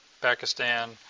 Pakistan